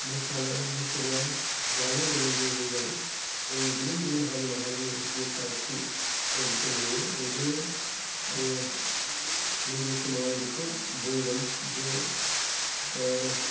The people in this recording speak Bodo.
मोसानाय मुसुरनाय जानाय लोंनायनि गेजेरजों जोंनि गुबुन गुबुन हारि माहारिनि जि फारागथि जों बेखौ नुयो ओंखायनो आङो नैबे समाव आं बेखौ बुंगोन जे